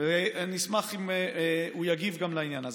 אני אשמח אם הוא יגיב גם על העניין הזה,